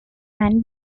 and